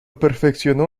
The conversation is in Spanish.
perfeccionó